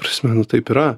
prisimenu taip yra